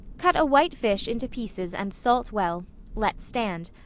cut a white fish into pieces and salt well let stand.